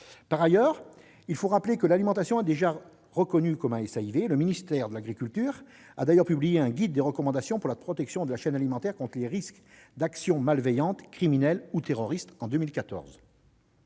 Par ailleurs, il faut rappeler que l'alimentation est déjà reconnue comme un SAIV. Le ministère de l'agriculture a d'ailleurs publié un guide des recommandations pour la protection de la chaîne alimentaire contre les risques d'actions malveillantes, criminelles ou terroristes en 2014.